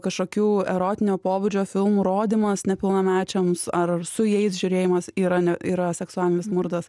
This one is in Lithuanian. kažkokių erotinio pobūdžio filmų rodymas nepilnamečiams ar su jais žiūrėjimas yra ne yra seksualinis smurtas